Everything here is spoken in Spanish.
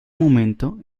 momento